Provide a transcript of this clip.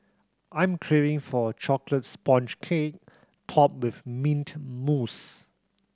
I'm craving for a chocolate sponge cake topped with mint mousse